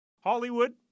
Hollywood